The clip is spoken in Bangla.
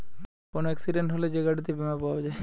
কোন এক্সিডেন্ট হলে যে গাড়িতে বীমা পাওয়া যায়